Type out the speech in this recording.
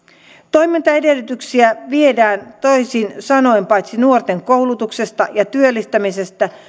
toimintaedellytyksiä viedään toisin sanoen paitsi nuorten koulutuksesta ja työllistämisestä